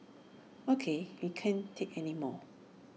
ok we can't take anymore